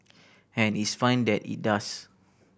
and it's fine that it does